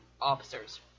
officers